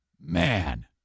Man